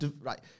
right